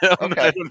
Okay